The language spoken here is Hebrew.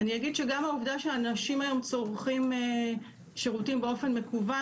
אני אגיד שגם העובדה שאנשים היום צורכים שירותים באופן מקוון